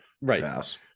right